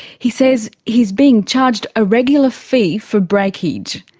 he says he is being charged a regular fee for breakage.